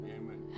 amen